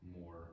more